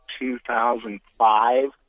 2005